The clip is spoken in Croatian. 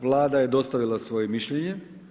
Vlada je dostavila svoje mišljenje.